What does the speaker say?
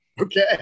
Okay